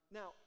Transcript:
now